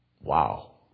Wow